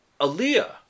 Aaliyah